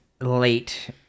late